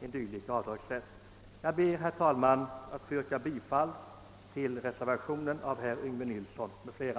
dylik avdragsrätt. Jag ber, herr talman, att få yrka bifall till reservationen av herr Yngve Nilsson m.fl.